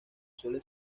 suele